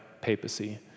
papacy